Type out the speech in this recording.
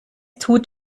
tut